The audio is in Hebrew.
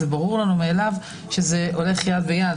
ברור לנו מאליו שזה הולך יד ביד.